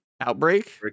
Outbreak